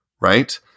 right